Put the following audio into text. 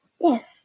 Yes